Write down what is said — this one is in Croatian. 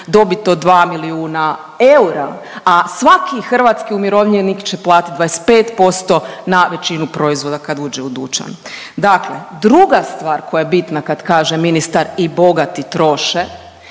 dobit od 2 milijuna eura, a svaki hrvatski umirovljenik će platiti 25% na većinu proizvoda kad uđe u dućan. Dakle druga stvar koja je bitna kad kaže ministar i bogati troše,